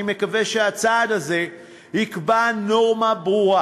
אני מקווה שהצעד הזה יקבע נורמה ברורה